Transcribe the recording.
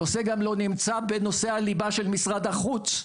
הנושא גם לא נמצא בנושאי הליבה של משרד החוץ,